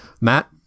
Matt